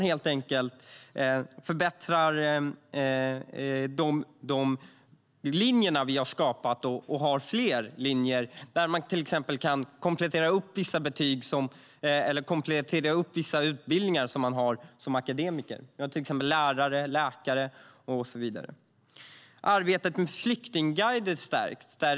Vi förbättrar de linjer vi har skapat och har fler linjer. Till exempel kan man komplettera upp vissa utbildningar man har som akademiker, till exempel lärare, läkare och så vidare. Arbetet med flyktingguider stärks.